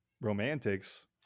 Romantics